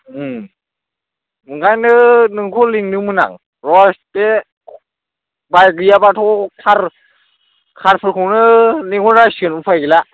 ओंखायनो नोंखौ लेंदोंमोन आं दसे बाइक गैयाबाथ' कार कारफोरखौनो लेंहरनांसिगोन उफाय गैला